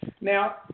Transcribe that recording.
Now